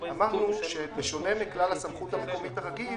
אמרנו שבשונה מכלל הסמכות המקומית הרגיל,